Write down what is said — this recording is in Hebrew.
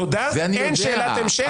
תודה, אין שאלת המשך.